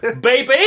Baby